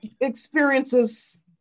experiences